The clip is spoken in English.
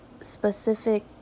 specific